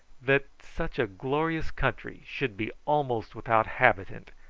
that such a glorious country should be almost without inhabitant,